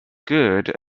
good